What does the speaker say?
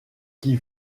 qui